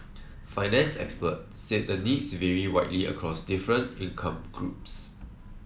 finance experts said the needs vary widely across different income groups